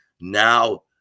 now